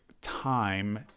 time